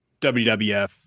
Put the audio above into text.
WWF